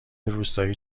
روستایی